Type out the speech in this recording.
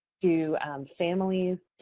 to families,